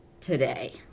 today